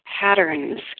patterns